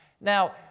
Now